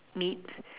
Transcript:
meat